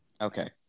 Okay